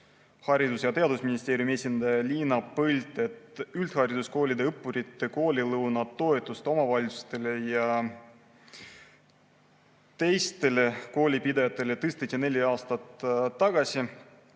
Haridus‑ ja Teadusministeeriumi esindaja Liina Põld, et üldhariduskoolide õppurite koolilõunatoetust omavalitsustele ja teistele koolipidajatele tõsteti neli aastat tagasi